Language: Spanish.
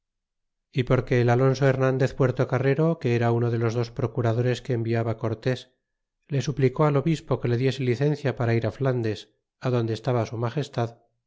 y porque el alonso hernandez puertocarrero que era uno de los dos procuradores que enviaba cortés le suplicó al obispo que le diese licencia para ir flandes adonde estaba su magestad